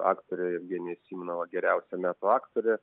aktorė jevgenija simonova geriausia metų aktorė